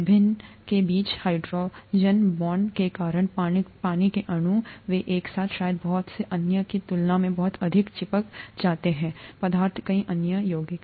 विभिन्न के बीच हाइड्रोजन बांड के कारण पानी के अणु वे एक साथ शायद बहुत से अन्य की तुलना में बहुत अधिक चिपक जाते हैं पदार्थ कई अन्य यौगिक